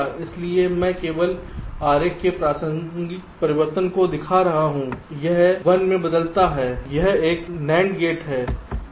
इसलिए मैं केवल आरेख में प्रासंगिक परिवर्तन दिखा रहा हूं यह 1 में बदलता है यह एक NAND गेट है यह 1 1 हो जाता है